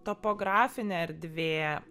topografinė erdvė